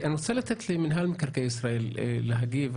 אני רוצה לתת למינהל מקרקעי ישראל להגיב,